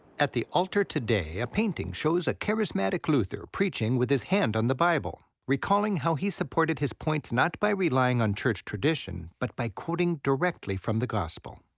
at the altar today, a painting shows a charismatic luther preaching with his hand on the bible, recalling how he supported his points not by relying on church tradition but by quoting directly from the gospel.